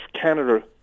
Canada